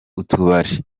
utubari